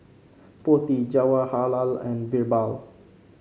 Potti Jawaharlal and BirbaL